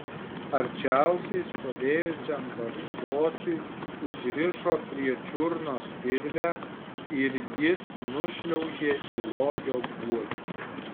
arčiausiai stovėjusiam barzdočiui užrišo prie čiurnos virvę ir jis nušliaužė į lokio guolį